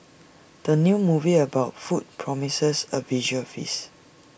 the new movie about food promises A visual feast